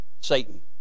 Satan